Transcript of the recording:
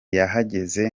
yahageze